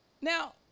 Now